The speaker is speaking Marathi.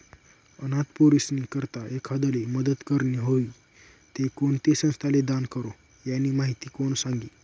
अनाथ पोरीस्नी करता एखांदाले मदत करनी व्हयी ते कोणती संस्थाले दान करो, यानी माहिती कोण सांगी